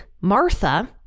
Martha